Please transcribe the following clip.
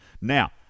Now